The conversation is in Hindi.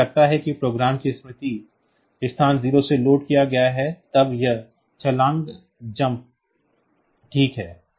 अगर मुझे लगता है कि प्रोग्राम को स्मृति स्थान 0 से लोड किया गया है तब यह छलांग ठीक है